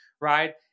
right